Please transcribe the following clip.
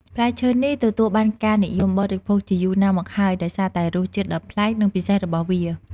ផ្លែឈើនេះទទួលបានការនិយមបរិភោគជាយូរណាស់មកហើយ ដោយសារតែរសជាតិដ៏ប្លែក និងពិសេសរបស់វា។